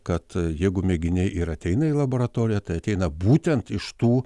kad jeigu mėginiai ir ateina į laboratoriją tai ateina būtent iš tų